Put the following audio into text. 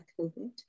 COVID